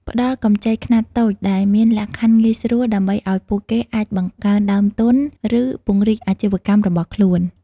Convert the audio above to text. ផ្តល់កម្ចីខ្នាតតូចដែលមានលក្ខខណ្ឌងាយស្រួល ដើម្បីឱ្យពួកគេអាចបង្កើនដើមទុន ឬពង្រីកអាជីវកម្មរបស់ខ្លួន ។